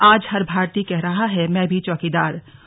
आज हर भारतीय कह रहा है मैं भी चौकीदार